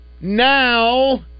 now